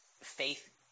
faith